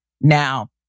Now